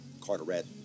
Carteret